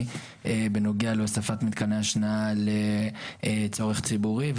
בנוגע להוספת מתקני השנאה לצורך ציבורי,